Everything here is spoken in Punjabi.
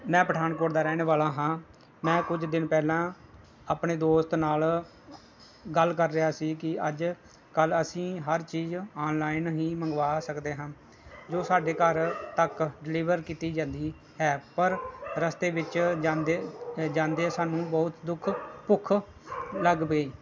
ਮੈ ਪਠਾਨਕੋਟ ਦਾ ਰਹਿਣ ਵਾਲਾ ਹਾਂ ਮੈਂ ਕੁਝ ਦਿਨ ਪਹਿਲਾਂ ਆਪਣੇ ਦੋਸਤ ਨਾਲ ਗੱਲ ਕਰ ਰਿਹਾ ਸੀ ਕਿ ਅੱਜ ਕੱਲ੍ਹ ਅਸੀਂ ਹਰ ਚੀਜ਼ ਔਨਲਾਈਨ ਹੀ ਮੰਗਵਾ ਸਕਦੇ ਹਾਂ ਜੋ ਸਾਡੇ ਘਰ ਤੱਕ ਡਿਲੀਵਰ ਕੀਤੀ ਜਾਂਦੀ ਹੈ ਪਰ ਰਸਤੇ ਵਿੱਚ ਜਾਂਦੇ ਜਾਂਦੇ ਸਾਨੂੰ ਬਹੁਤ ਦੁੱਖ ਭੁੱਖ ਲੱਗ ਗਈ